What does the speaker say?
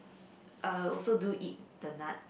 uh I also do eat the nuts